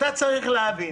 אתה צריך להבין